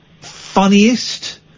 funniest